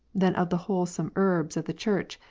than of the wholesome herbs of the church,